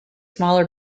smaller